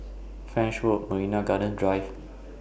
French Road Marina Gardens Drive